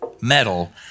metal